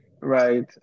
right